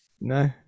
No